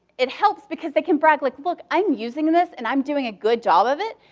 it helps because they can brag like, look, i'm using this, and i'm doing a good job of it.